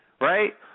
Right